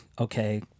okay